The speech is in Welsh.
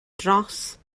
dros